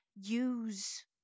use